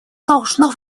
должно